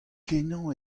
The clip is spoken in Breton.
kenañ